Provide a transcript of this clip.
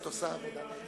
באמת את עושה עבודה נהדרת.